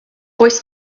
oes